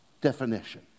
definition